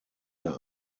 der